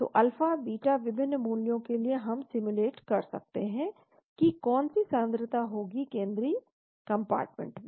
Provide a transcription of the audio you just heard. तो alpha beta के विभिन्न मूल्यों के लिए हम सिम्युलेट कर सकते हैं की कौन सी सांद्रता होगी केंद्रीय कंपार्टमेंट में